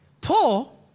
Paul